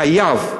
חייב.